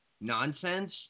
nonsense